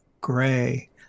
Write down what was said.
gray